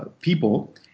people